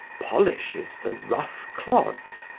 polishes the rough clods,